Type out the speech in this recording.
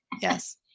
yes